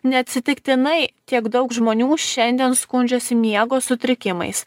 neatsitiktinai tiek daug žmonių šiandien skundžiasi miego sutrikimais